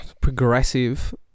progressive